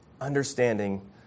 understanding